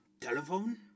Telephone